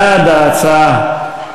אפשר להצביע.